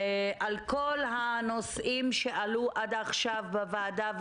על כל הנושאים שעלו עד עכשיו בוועדה,